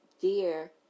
dear